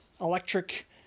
electric